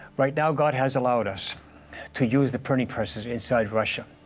right now god has allowed us to use the printing presses inside russia.